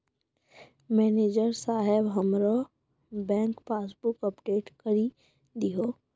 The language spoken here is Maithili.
मनैजर साहेब हमरो बैंक पासबुक अपडेट करि दहो